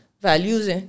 values